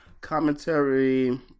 Commentary